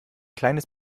kleines